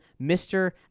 Mr